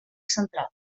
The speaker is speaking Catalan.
central